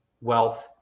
wealth